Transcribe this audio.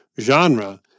genre